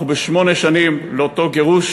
אנחנו בשמונה שנים לאותו גירוש